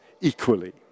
equally